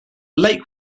lake